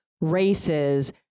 races